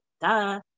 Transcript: duh